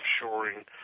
offshoring